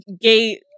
gay